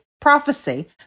prophecy